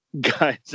guys